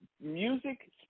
music